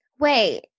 wait